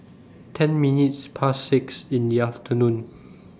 ten minutes Past six in The afternoon